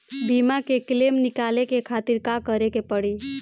बीमा के क्लेम निकाले के खातिर का करे के पड़ी?